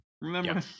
Remember